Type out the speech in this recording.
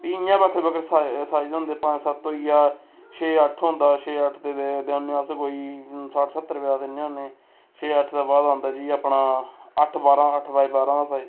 फ्ही इ'यां बक्खरे बक्ख साई साईज होंदे पंज सत्त हो गेआ छे अट्ठ होंदा छे अट्ठ दे देने अस कोई सट्ठ स्हत्तर रपेआ दिन्ने होन्ने छे अट्ठ दे बाद आंदा जी अपना अट्ठ बारां अट्ठ बाई बारां दा साइज